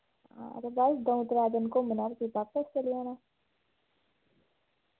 हां ते बस द'ऊं त्रै दिन घूमना ते फिर बापस चली जाना